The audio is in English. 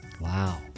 Wow